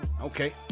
Okay